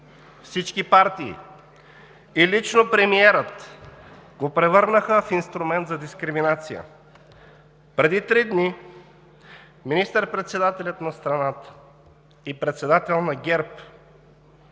всички партии и лично премиерът го превърнаха в инструмент за дискриминация. Преди три дни министър-председателят на страната и председател на ГЕРБ